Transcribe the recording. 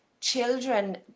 children